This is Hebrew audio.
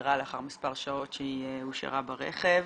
נפטרה לאחר מספר שעות שהיא הושארה ברכב.